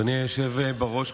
אדוני היושב-ראש,